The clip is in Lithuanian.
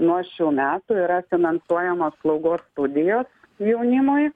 nuo šių metų yra finansuojamos slaugos studijos jaunimui